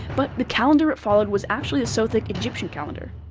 but the calendar it followed was actually the sothic egyptian calendar.